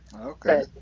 Okay